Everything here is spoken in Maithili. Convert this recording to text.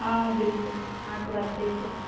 हँ हँ बिलकुल अहाँक बात सही छै